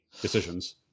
decisions